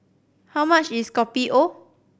how much is Kopi O